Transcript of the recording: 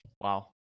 wow